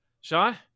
Sean